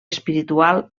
espiritual